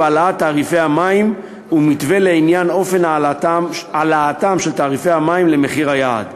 העלאת תעריפי המים ומתווה לעניין אופן העלאתם של תעריפי המים למחיר היעד.